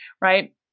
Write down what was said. Right